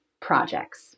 projects